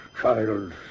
child